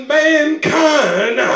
mankind